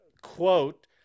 quote